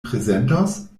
prezentos